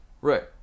Right